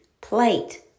plate